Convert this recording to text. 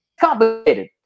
complicated